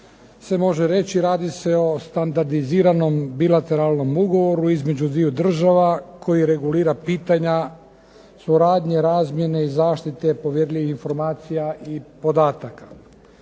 se može reći radi se o standardiziranom bilateralnom ugovoru između dviju država koji regulira pitanja suradnje, razmjene i zaštite povjerljivih informacija i podataka.